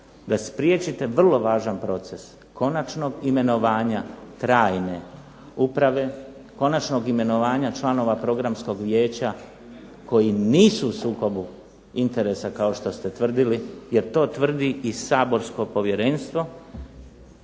da spriječite vrlo važan proces konačnog imenovanja trajne uprave, konačnog imenovanja članova Programskog vijeća koji nisu u sukobu interesa kao što ste tvrdili jer to tvrdi i saborsko povjerenstvo